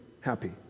happy